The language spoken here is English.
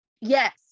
yes